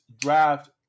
draft